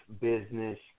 business